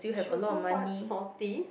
she was so what salty